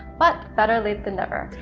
but better late than never,